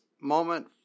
moment